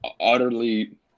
utterly –